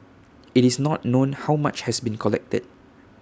IT is not known how much has been collected